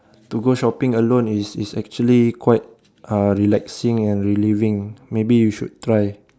to go shopping alone it's it's actually quite uh relaxing and relieving maybe you should try